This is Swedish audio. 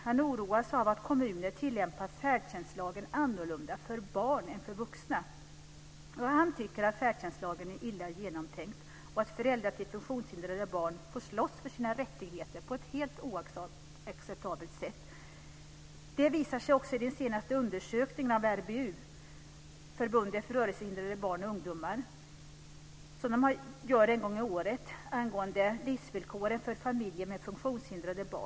Han oroas av att kommuner tillämpar färdtjänstlagen annorlunda för barn än för vuxna. Han tycker att färdtjänstlagen är illa genomtänkt och att föräldrar till funktionshindrade barn får slåss för sina rättigheter på ett helt oacceptabelt sätt. Det visar sig också i den senaste undersökningen av RBU, Riksförbundet för Rörelshindrade Barn och Ungdomar, som det gör en gång om året angående livsvillkoren för familjer med funktionshindrade.